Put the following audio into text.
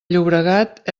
llobregat